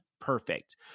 perfect